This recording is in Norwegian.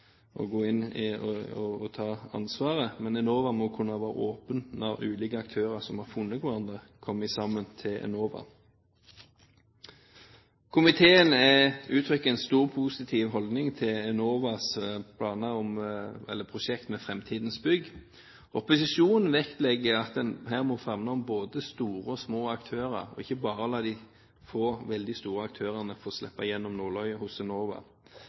Enova gå inn og ta ansvaret, men Enova må kunne være åpen når ulike aktører som har funnet hverandre, kommer sammen til Enova. Komiteen gir uttrykk for en meget positiv holdning til Enovas prosjekt kalt framtidens bygg. Opposisjonen vektlegger at en her må favne om både store og små aktører, og ikke bare la de få veldig store aktørene få slippe gjennom nåløyet hos Enova.